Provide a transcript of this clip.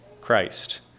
Christ